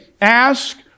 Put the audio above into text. ask